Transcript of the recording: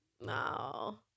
no